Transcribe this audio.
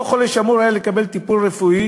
אותו חולה שהיה אמור לקבל טיפול רפואי,